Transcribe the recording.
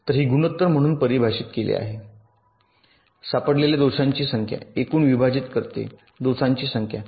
तर हे गुणोत्तर म्हणून परिभाषित केले आहे सापडलेल्या दोषांची संख्या एकूण विभाजित करते दोषांची संख्या